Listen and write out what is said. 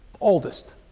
oldest